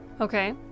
Okay